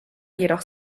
jedoch